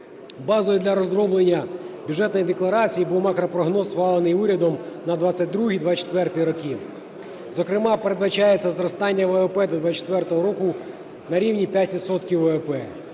Базою для розроблення Бюджетної декларації був макропрогноз, схвалений урядом на 2022-2024 роки. Зокрема, передбачається зростання ВВП до 2024 року на рівні 5